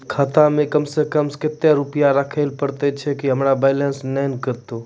खाता मे कम सें कम कत्ते रुपैया राखै लेली परतै, छै सें हमरो बैलेंस नैन कतो?